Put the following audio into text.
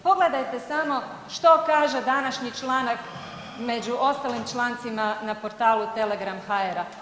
Pogledajte samo što kaže današnji članak među ostalim člancima na portalu Telegram.hr.